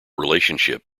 relationship